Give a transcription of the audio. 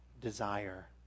desire